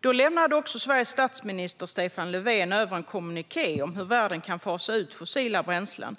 Då lämnade också Sveriges statsminister Stefan Löfven över en kommuniké om hur världen kan fasa ut fossila bränslen.